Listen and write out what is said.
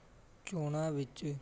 ਚੋਣਾਂ ਵਿੱਚ